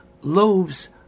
loaves